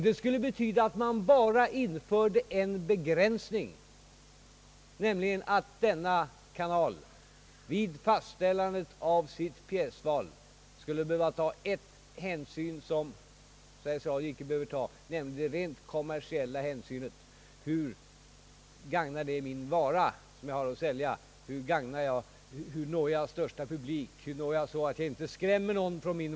Det skulle bara betyda att man införde en begränsning, nämligen att denna kanal vid fastställandet av pjäsval skulle behöva ta en hänsyn som Sveriges Radio inte behöver, nämligen ett rent kommersiellt hänsynstagande till att inte skrämma någon publik för den ena eller andra produkten.